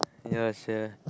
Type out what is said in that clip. ya sia